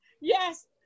Yes